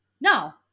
No